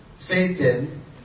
Satan